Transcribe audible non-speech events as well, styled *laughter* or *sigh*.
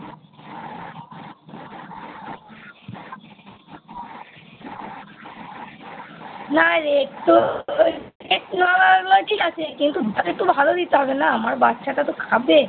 না আর একটু একটু জল *unintelligible* ঠিক আছে কিন্তু দুধটা তো একটু ভালো দিতে হবে না আমার বাচ্চাটা তো খাবে